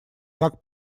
как